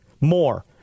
more